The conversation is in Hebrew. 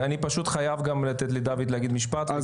אני פשוט חייב גם לתת לדוד להגיד משפט.